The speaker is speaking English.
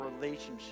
relationship